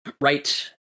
Right